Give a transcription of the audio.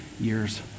years